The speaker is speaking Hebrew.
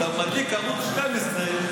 כשאתה מדליק ערוץ 12,